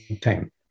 time